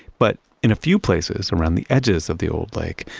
but in a few places around the edges of the old lake,